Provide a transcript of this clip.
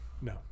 No